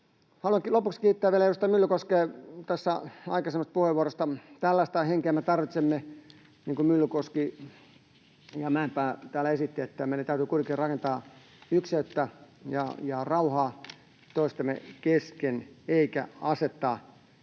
Haluan lopuksi vielä kiittää tässä edustaja Myllykoskea aikaisemmasta puheenvuorosta. Tällaista henkeä me tarvitsemme, niin kuin Myllykoski ja Mäenpää täällä esittivät, että meidän täytyy kuitenkin rakentaa ykseyttä ja rauhaa toistemme kesken eikä asettaa